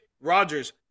Rodgers